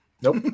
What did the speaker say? nope